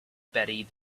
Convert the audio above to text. buried